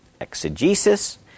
Exegesis